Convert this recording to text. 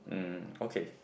mm okay